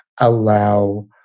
allow